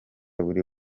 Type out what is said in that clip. buri